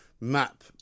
map